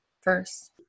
first